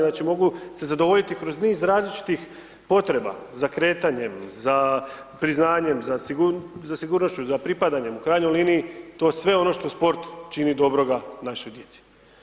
Znači mogu se zadovoljiti kroz niz različitih potreba, za kretanjem, za priznanjem, za sigurnošću, za pripadanjem, u krajnjoj liniji to je sve ono što sport čini dobroga našoj djeci.